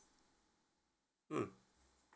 mm